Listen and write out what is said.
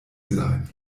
sein